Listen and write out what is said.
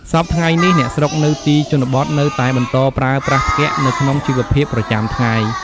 សព្វថ្ងៃនេះ អ្នកស្រុកនៅទីជនបទនៅតែបន្តប្រើប្រាស់ផ្គាក់នៅក្នុងជីវភាពប្រចាំថ្ងៃ។